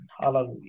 Hallelujah